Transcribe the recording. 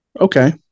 Okay